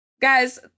Guys